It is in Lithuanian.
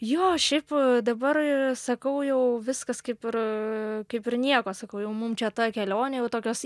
jo šiaip dabar sakau jau viskas kaip ir kaip ir nieko sakau jau mum čia ta kelionė jau tokios